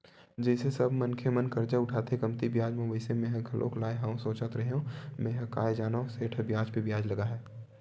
जइसे सब मनखे मन करजा उठाथे कमती बियाज म वइसने मेंहा घलोक लाय हव सोचत रेहेव मेंहा काय जानव सेठ ह बियाज पे बियाज लगाही